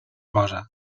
cosa